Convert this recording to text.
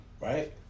right